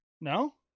No